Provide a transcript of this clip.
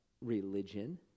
religion